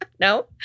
no